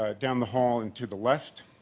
ah down the hall and to the left.